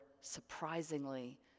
surprisingly